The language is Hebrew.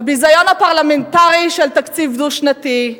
הביזיון הפרלמנטרי של תקציב דו-שנתי,